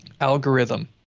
algorithm